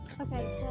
Okay